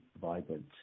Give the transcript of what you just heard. vibrant